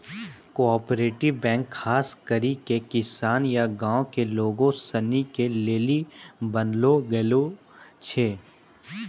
cooperative bank खास करी के किसान या गांव के लोग सनी के लेली बनैलो गेलो छै